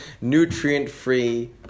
nutrient-free